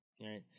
right